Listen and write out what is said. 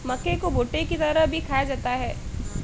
मक्के को भुट्टे की तरह भी खाया जाता है